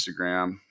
Instagram